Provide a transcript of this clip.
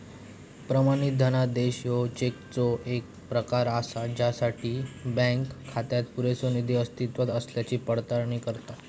प्रमाणित धनादेश ह्यो चेकचो येक प्रकार असा ज्यासाठी बँक खात्यात पुरेसो निधी अस्तित्वात असल्याची पडताळणी करता